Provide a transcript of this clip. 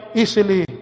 easily